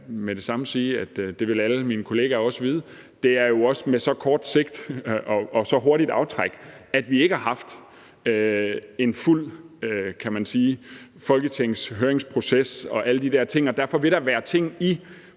med det samme sige – og det vil alle mine kollegaer også vide – at det jo er på så kort sigt og med så hurtigt aftræk, at vi ikke haft en fuld folketingshøringsproces og alle de der ting, og derfor vil der være ting i